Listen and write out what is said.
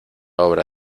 obra